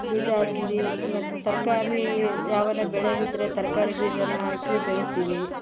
ಬೀಜ ಹಾಕಿವಿ ಮತ್ತು ತರಕಾರೀ ಯಾವನ ಬೆಳೆಯೋವ್ ಇದ್ರೆ ತರಕಾರಿ ಬೀಜಾ ಹಾಕಿ ಬೆಳ್ಸಿವಿ